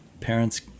parents